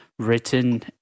Written